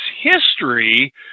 history